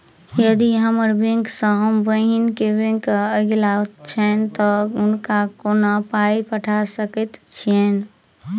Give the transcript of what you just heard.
यदि हम्मर बैंक सँ हम बहिन केँ बैंक अगिला छैन तऽ हुनका कोना पाई पठा सकैत छीयैन?